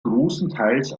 großenteils